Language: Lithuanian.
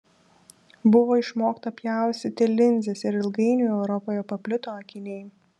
buvo išmokta pjaustyti linzes ir ilgainiui europoje paplito akiniai